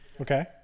Okay